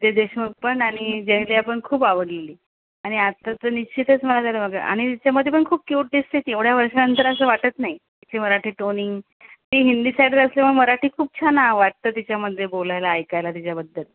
रितेश देशमुख पण आणि जेनेलिया पण खूप आवडलेली आणि आता तर निश्चितच मला तर बघायचं आणि त्याच्यामध्येही खूप क्युट दिसते ती एवढ्या वर्षानंतर असं वाटतं नाही तिची मराठी टोनिंग ती हिंदी साइडर असल्यामुळे मराठी खूप छान वाटतं तिच्यामध्ये बोलायला ऐकायला तिच्याबद्दल